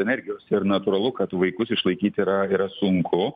energijos ir natūralu kad vaikus išlaikyti yra yra sunku